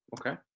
Okay